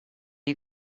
you